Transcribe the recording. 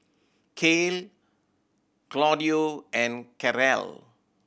Kale Claudio and Karel